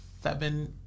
seven